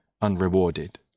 unrewarded